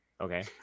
Okay